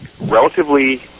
relatively